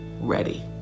ready